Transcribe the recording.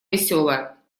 веселая